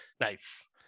nice